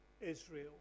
Israel